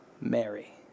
Mary